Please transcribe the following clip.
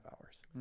hours